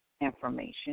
information